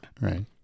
right